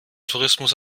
tourismus